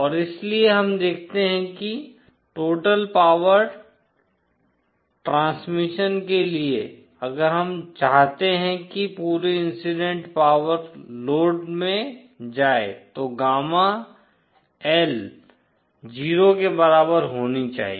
और इसलिए हम देखते हैं कि टोटल पावर ट्रांसमिशन के लिए अगर हम चाहते हैं कि पूरी इंसिडेंट पावर लोड में जाए तो गामा L 0 के बराबर होनी चाहिए